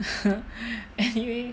anyway